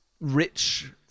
rich